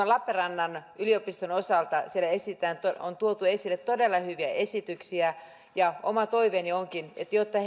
lappeenrannan yliopiston osalta että siellä on tuotu esille todella hyviä esityksiä ja oma toiveeni onkin että jotta